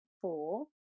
four